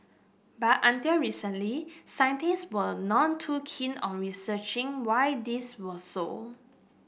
but until recently scientist were none too keen on researching why this was so